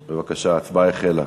בבקשה, ההצבעה החלה.